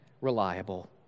reliable